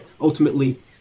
Ultimately